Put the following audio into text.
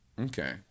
Okay